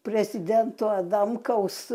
prezidento adamkaus